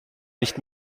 nicht